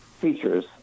features